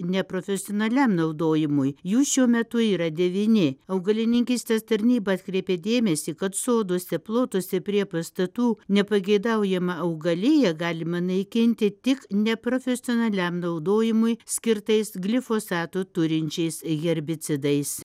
neprofesionaliam naudojimui jų šiuo metu yra devyni augalininkystės tarnyba atkreipė dėmesį kad soduose plotuose prie pastatų nepageidaujamą augaliją galima naikinti tik neprofesionaliam naudojimui skirtais glifosato turinčiais herbicidais